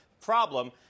problem